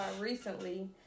recently